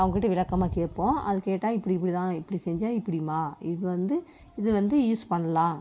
அவங்கக்கிட்ட விளக்கமாக கேட்போம் அதை கேட்டால் இப்படி இப்படிதான் இப்படி செஞ்சால் இப்படிமா இது வந்து இது வந்து யூஸ் பண்ணலாம்